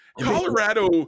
Colorado